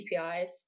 KPIs